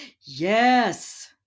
Yes